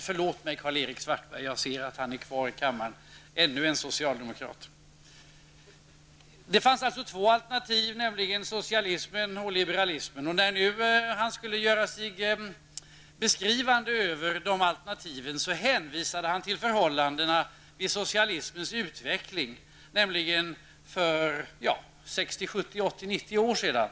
Förlåt mig, Karl-Erik Svartberg, jag ser att han är kvar i kammaren. Ännu en socialdemokrat. Det fanns alltså två alternativ, nämligen socialism och liberalism. När nu statsministern skulle beskriva de här alternativen hänvisade han till förhållandena vid socialismens utveckling nämligen för 60, 70, 80, 90 år sedan.